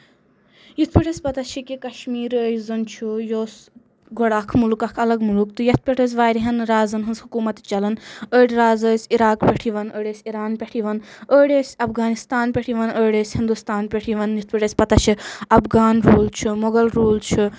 یِتھۍ پٲٹھۍ اَسہِ پَتہ چھےٚ کہِ کَشمیٖر یُس زَن چھُ یہِ اوس گۄڈٕ اکھ مُلک اکھ گۄڈٕ اکھ الگ مُلک تہٕ یَتھ پٮ۪ٹھ أس واریاہَن رازَن ہٕنٛز حکوٗمت تہِ چلان أڈۍ راز ٲسۍ عراق پٮ۪ٹھ یِوان أڈۍ ٲسۍ اِران پٮ۪ٹھ یِوان أڈۍ ٲسۍ افغانستان پٮ۪ٹھ یِوان أڈۍ ٲسۍ ہِنٛدُستان پٮ۪ٹھ یِوان یِتھ پٲٹھۍ اَسۍ پَتہ چھِ افغان روٗل چھُ مۄغل روٗل چُھ